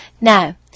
Now